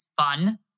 Fun